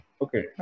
Okay